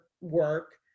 work